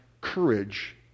courage